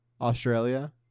Australia